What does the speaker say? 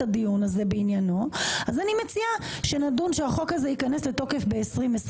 הדיון הזה בעניינו אז אני מציעה שנדון שהחוק הזה ייכנס לתוקף ב-2026.